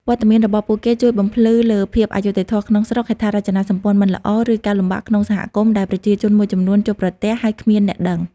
វត្តមានរបស់ពួកគេជួយបំភ្លឺលើភាពអយុត្តិធម៌ក្នុងស្រុក ហេដ្ឋារចនាសម្ព័ន្ធមិនល្អ ឬការលំបាកក្នុងសហគមន៍ដែលប្រជាជនមួយចំនួនជួបប្រទះ ហើយគ្មានអ្នកដឹង។